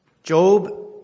Job